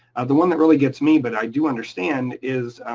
the one that really gets me, but i do understand is,